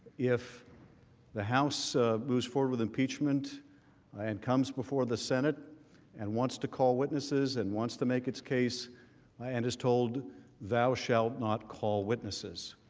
if the house moves forward with impeachment ah and comes before the senate and wants to call witnesses and wants to make its case ah and is told thou shalt not call witnesses.